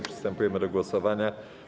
Przystępujemy do głosowania.